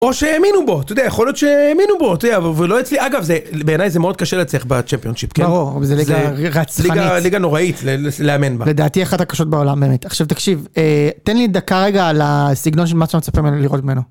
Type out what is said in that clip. או שהאמינו בו, אתה יודע, יכול להיות שהאמינו בו, אתה יודע, ולא אצלי, אגב, זה, בעיניי זה מאוד קשה להצליח בצ'מפיונשיפ, כן? ברור, זה ליגה רצחנית. זה ליגה נוראית לאמן בה. לדעתי אחת הקשות בעולם, באמת. עכשיו תקשיב, תן לי דקה רגע על הסגנון של מה שאתה מצפה ממנו, לראות ממנו.